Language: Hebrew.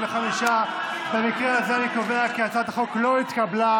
55. במקרה הזה אני קובע כי הצעת החוק לא התקבלה.